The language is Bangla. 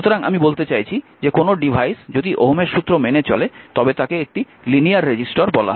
সুতরাং আমি বলতে চাইছি যে কোনও ডিভাইস যদি ওহমের সূত্র মেনে চলে তবে তাকে একটি লিনিয়ার রেজিস্টার বলা হয়